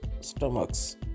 stomachs